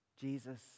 Jesus